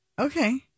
Okay